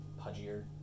pudgier